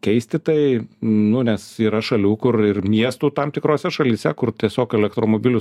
keisti tai nu nes yra šalių kur ir miestų tam tikrose šalyse kur tiesiog elektromobilių